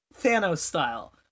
Thanos-style